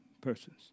persons